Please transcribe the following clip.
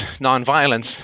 nonviolence